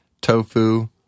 tofu